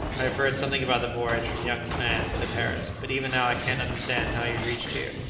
i have heard something about the voyage from young sands, said harris, but even now i can't understand how you reached here.